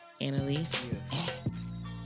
Annalise